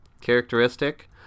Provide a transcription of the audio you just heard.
characteristic